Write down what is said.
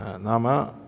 Nama